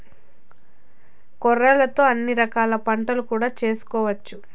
కొర్రలతో అన్ని రకాల వంటలు కూడా చేసుకోవచ్చు